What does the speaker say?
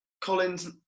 Collins